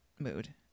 mood